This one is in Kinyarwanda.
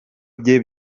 bye